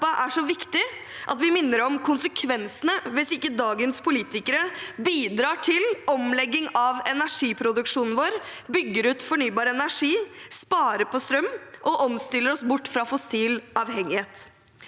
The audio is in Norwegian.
er så viktig, og at vi minner om konsekvensene hvis dagens politikere ikke bidrar til omlegging av energiproduksjonen vår, bygger ut fornybar energi, sparer strøm og omstiller oss bort fra fossil avhengighet.